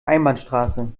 einbahnstraße